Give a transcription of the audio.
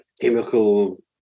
chemical